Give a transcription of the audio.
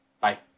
Bye